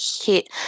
hit